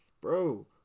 bro